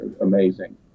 amazing